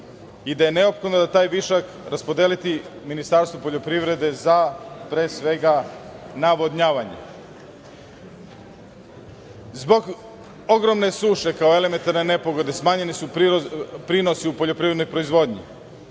i da je neophodno taj višak raspodeliti Ministarstvu poljoprivrede za, pre svega, navodnjavanje. Zbog ogromne suše kao elementarne nepogode smanjeni su prinosi u poljoprivrednoj proizvodnji.